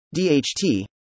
DHT